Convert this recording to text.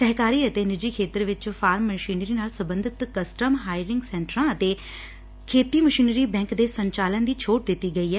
ਸਹਿਕਾਰੀ ਅਤੇ ਨਿੱਜੀ ਖੇਤਰ ਵਿੱਚ ਫਾਰਮ ਮਸ਼ੀਨਰੀ ਨਾਲ ਸਬੰਧਤ ਕਸਟਮ ਹਾਇਰਿੰਗ ਸੈਂਟਰਾਂ ਖੇਤੀ ਮਸ਼ੀਨਰੀ ਬੈਂਕ ਦੇ ਸੰਚਾਲਨ ਦੀ ਛੋਟ ਦਿੱਤੀ ਗਈ ਐ